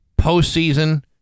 postseason